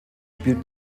spielt